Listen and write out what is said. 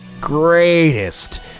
greatest